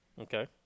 Okay